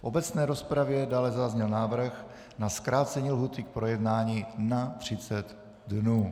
V obecné rozpravě dále zazněl návrh na zkrácení lhůty k projednání na třicet dnů.